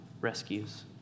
rescues